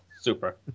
super